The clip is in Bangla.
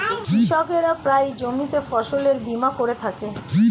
কৃষকরা প্রায়ই জমিতে ফসলের বীমা করে থাকে